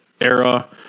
era